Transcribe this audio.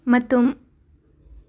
ꯃꯇꯨꯝ